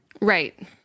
Right